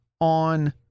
on